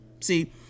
See